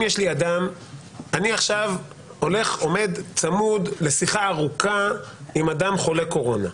אני עכשיו עומד צמוד לשיחה ארוכה עם אדם חולה בקורונה,